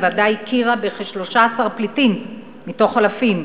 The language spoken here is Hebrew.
הוועדה הכירה בכ-13 פליטים מתוך אלפים,